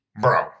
bro